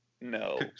no